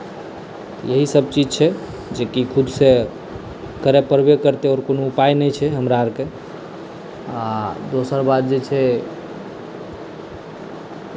इएहसब चीज छै जेकि खुदसँ करऽ पड़बे करतै आओर किछु उपाय हमरा आओरके आओर दोसर बात जे छै